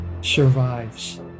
survives